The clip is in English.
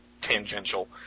tangential